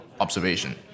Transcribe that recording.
observation